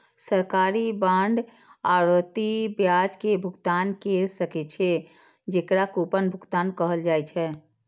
सरकारी बांड आवर्ती ब्याज के भुगतान कैर सकै छै, जेकरा कूपन भुगतान कहल जाइ छै